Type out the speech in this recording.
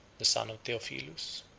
the son of theophilus.